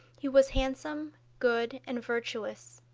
he was handsome, good and virtuous.